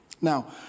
Now